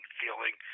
feeling